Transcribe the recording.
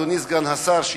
אדוני סגן השר,